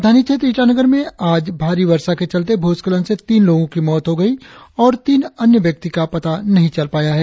राजधानी क्षेत्र ईटानगर में आज भारी वर्षा के चलते भूस्खलन से तीन लोगों की मौत हो गई और तीन अन्य व्यक्ति का भी पता नही चल पाया है